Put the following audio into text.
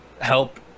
help